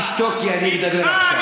ואתה תשתוק, כי אני מדבר עכשיו.